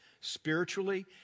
spiritually